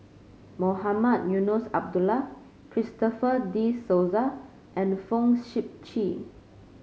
Mohamed Eunos Abdullah Christopher De Souza and Fong Sip Chee